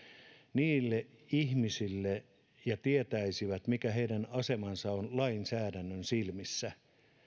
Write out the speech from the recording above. niille ihmisille ja he tietäisivät mikä heidän asemansa on lainsäädännön silmissä